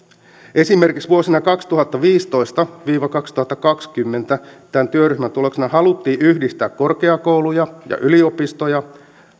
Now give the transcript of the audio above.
esimerkiksi vuosina kaksituhattaviisitoista viiva kaksituhattakaksikymmentä tämän työryhmän tuloksena haluttiin yhdistää korkeakouluja ja yliopistoja